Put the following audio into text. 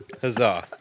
Huzzah